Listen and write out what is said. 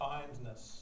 Kindness